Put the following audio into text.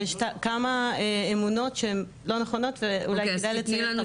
יש כמה אמונות שהם לא נכונות ואולי כדי לציין אותם.